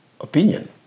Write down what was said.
opinion